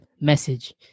message